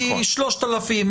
היא 3000,